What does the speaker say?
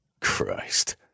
Christ